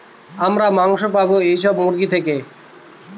আমরা মাংস পাবো এইসব মুরগি থেকে